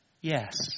yes